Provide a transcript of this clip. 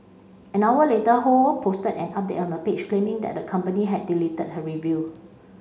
an hour later Ho posted an update on her page claiming that the company had deleted her review